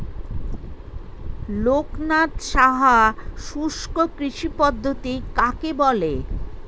লোকনাথ সাহা শুষ্ককৃষি পদ্ধতি কাকে বলে?